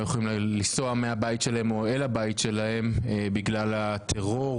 יכולים לנסוע מהבית שלהם או אל הבית שלהם בגלל הטרור,